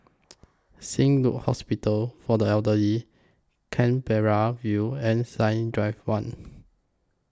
Saint Luke's Hospital For The Elderly Canberra View and Science Drive one